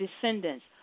descendants